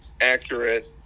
accurate